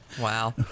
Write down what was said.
Wow